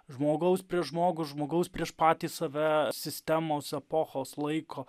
žmogaus prieš žmogų žmogaus prieš patį save sistemos epochos laiko